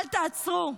אל תעצרו.